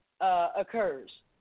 occurs